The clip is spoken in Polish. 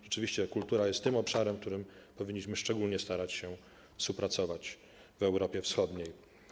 Rzeczywiście kultura jest tym obszarem, w ramach którego powinniśmy szczególnie starać się współpracować w Europie Wschodniej.